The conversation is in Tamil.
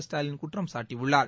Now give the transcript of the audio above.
ஸ்டாலின் குற்றம் சாட்டியுள்ளார்